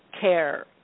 care